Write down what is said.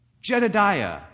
Jedediah